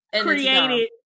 created